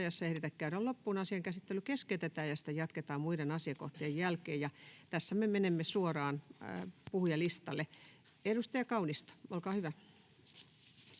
ajassa ehditä käydä loppuun, asian käsittely keskeytetään ja sitä jatketaan muiden asiakohtien jälkeen. — Tässä me menemme suoraan puhujalistalle. Edustaja Kaunisto, olkaa hyvä.